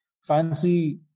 fancy